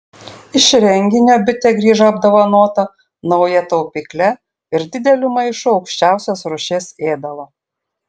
iš renginio bitė grįžo apdovanota nauja taupykle ir dideliu maišu aukščiausios rūšies ėdalo